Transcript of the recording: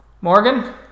Morgan